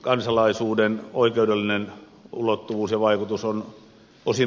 kansalaisuuden oikeudellinen ulottuvuus ja vaikutus ovat osin muuttuneet